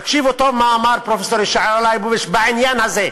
תקשיבו טוב מה אמר פרופסור ישעיהו ליבוביץ בעניין הזה,